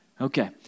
Okay